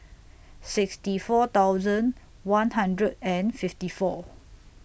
sixty four thousand one hundred and fifty four